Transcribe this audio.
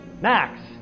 Max